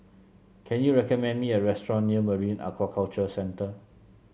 can you recommend me a restaurant near Marine Aquaculture Centre